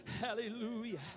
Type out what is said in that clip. Hallelujah